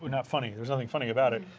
but not funny, there's nothing funny about it.